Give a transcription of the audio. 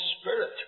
Spirit